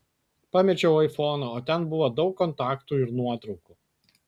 pamečiau aifoną o ten buvo daug kontaktų ir nuotraukų